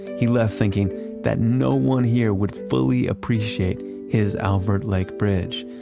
he left thinking that no one here would fully appreciate his alvord lake bridge,